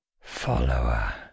follower